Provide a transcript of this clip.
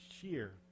sheer